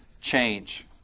change